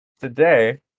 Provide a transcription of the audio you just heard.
Today